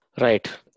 Right